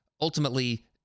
ultimately